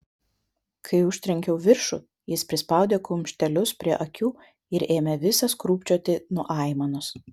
kai užtrenkiau viršų jis prispaudė kumštelius prie akių ir ėmė visas krūpčioti nuo aimanos